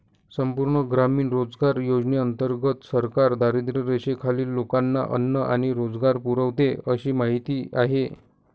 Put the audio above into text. संपूर्ण ग्रामीण रोजगार योजनेंतर्गत सरकार दारिद्र्यरेषेखालील लोकांना अन्न आणि रोजगार पुरवते अशी माहिती आहे